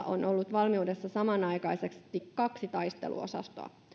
valmiudessa samanaikaisesti kaksi taisteluosastoa